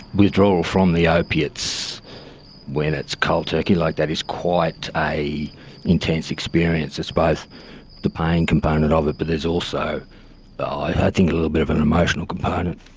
withdrawal from the opiates when it's cold turkey like that is quite an intense experience. it's both the pain component of it but there's also i think a little bit of an emotional component.